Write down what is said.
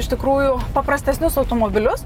iš tikrųjų paprastesnius automobilius